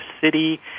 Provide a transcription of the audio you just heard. city